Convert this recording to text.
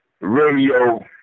radio